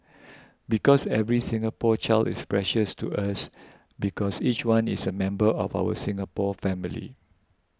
because every Singapore child is precious to us because each one is a member of our Singapore family